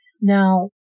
Now